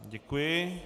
Děkuji.